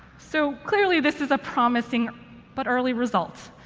so clearly, this is a promising but early result.